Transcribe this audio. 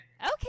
okay